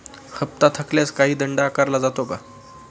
हप्ता थकल्यास काही दंड आकारला जातो का?